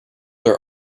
are